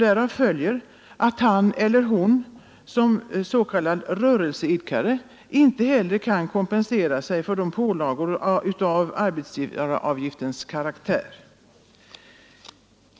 Därav följer att han eller hon som s.k. rörelseidkare inte heller kan kompensera sig för pålagor av arbetsgivaravgiftens karaktär.